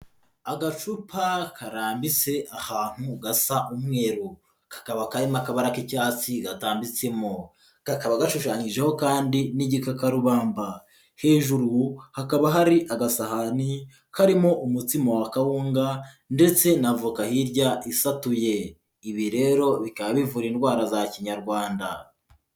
Agacupa karambitse ahantu gasa umweru, kakaba karirimo akabara k'icyatsi gatambitsemo, kakaba gashushanyijeho kandi n'igikakarubamba, hejuru hakaba hari agasahani karimo umutsima wa kawunga, ndetse na avoka hirya isatuye, ibi rero bikaba bivura indwara za kinyarwanda.